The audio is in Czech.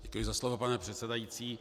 Děkuji za slovo, pane předsedající.